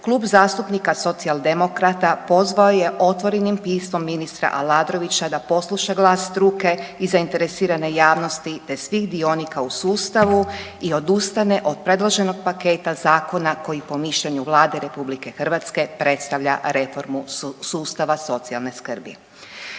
Klub zastupnika Socijaldemokrata pozvao je otvorenim pismom ministra Aladrovića da posluša glas struke i zainteresirane javnosti, te svih dionika u sustavu i odustane od predloženog paketa zakona koji po mišljenju Vlade RH predstavlja reformu sustava socijalne skrbi.